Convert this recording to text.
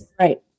right